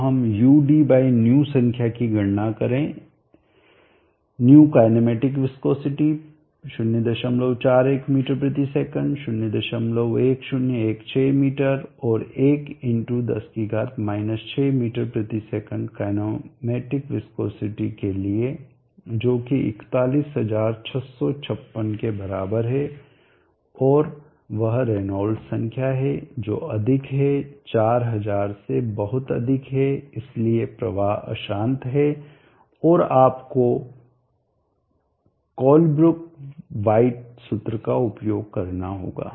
तो हम udϑ संख्या की गणना करें है ϑ काईनेमेटिक विस्कोसिटी 041 मीटर प्रति सेकंड 01016 मीटर और 1x10 6 मीटर प्रति सेकंड काईनेमेटिक विस्कोसिटी के लिए जो कि 41656 के बराबर है और वह रेनॉल्ड्स संख्या है जो अधिक है 4000 से बहुत अधिक है इसलिए प्रवाह अशांत है और आपको कोलेब्रुक वाइट सूत्र का उपयोग करना होगा